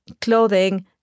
clothing